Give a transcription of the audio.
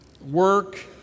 work